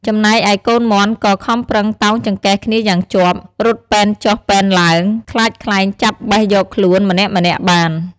ចំណែកឯកូនមាន់ក៏ខំប្រឹងតោងចង្កេះគ្នាយ៉ាងជាប់ រត់ពេនចុះពេនឡើង ខ្លាចខ្លែងចាប់បេះយកខ្លួន ម្នាក់ៗបាន។